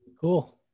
cool